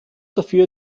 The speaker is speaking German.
dafür